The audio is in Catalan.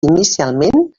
inicialment